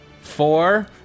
Four